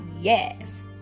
yes